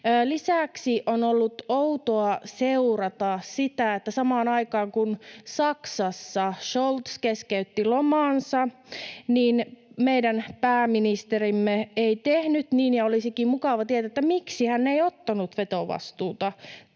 Lisäksi on ollut outoa seurata sitä, että samaan aikaan kun Saksassa Scholz keskeytti lomansa, niin meidän pääministerimme ei tehnyt niin, ja olisikin mukava tietää, miksi hän ei ottanut vetovastuuta tässä